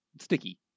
sticky